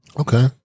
Okay